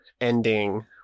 ending